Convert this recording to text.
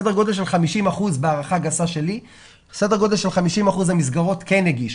סדר גודל של 50 אחוזים בהערכה גסה שלי מהמסגרות כן הגישו.